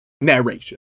narration